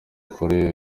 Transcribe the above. kure